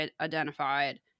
identified